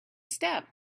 step